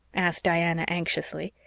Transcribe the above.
asked diana, anxiously.